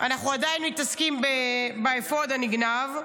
אנחנו עדיין מתעסקים באפוד הנגנב,